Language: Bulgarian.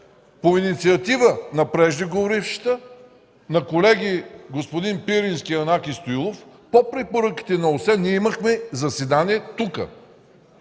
По инициатива на преждеговорившата, на колеги – господин Пирински и Янаки Стоилов, по препоръките на ОССЕ, ние имахме заседание тук,